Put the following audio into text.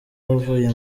uvuye